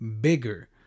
bigger